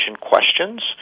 questions